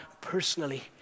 personally